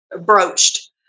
broached